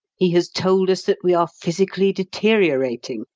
he has told us that we are physically deteriorating,